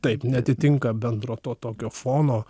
taip neatitinka bendro to tokio fono